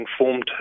informed